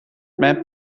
map